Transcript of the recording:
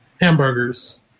hamburgers